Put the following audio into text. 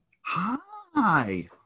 Hi